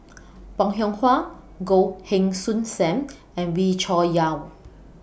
Bong Hiong Hwa Goh Heng Soon SAM and Wee Cho Yaw